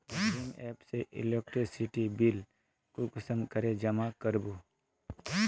भीम app से electricity bill कुंसम करे जमा कर बो?